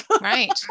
Right